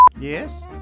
Yes